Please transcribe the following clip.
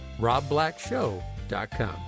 RobBlackShow.com